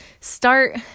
start